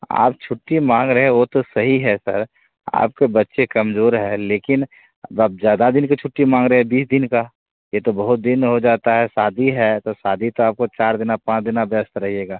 आप छुट्टी माँग रहे वो तो सही है सर आपके बच्चे कमजोर है लेकिन अब आप ज्यादा दिन के छुट्टी माँग रहे बीस दिन का ये तो बहुत दिन हो जाता है शादी है तो शादी तो आपको चार दिना पाँच दिना व्यस्त रहिएगा